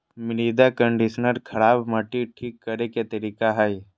मृदा कंडीशनर खराब मट्टी ठीक करे के तरीका हइ